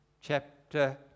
Chapter